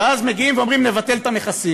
ואז מגיעים ואומרים: נבטל את המכסים.